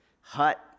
hut